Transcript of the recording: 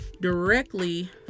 directly